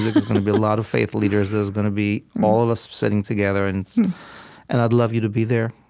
there's going to be a lot of faith leaders. there's going to be all of us sitting together and and i'd love you to be there.